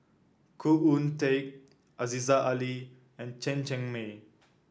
Khoo Oon Teik Aziza Ali and Chen Cheng Mei